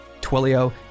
Twilio